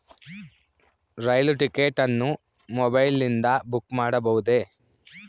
ರೈಲು ticket ಅನ್ನು ಮೊಬೈಲಿಂದ book ಮಾಡಬಹುದೆ?